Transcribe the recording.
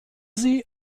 sie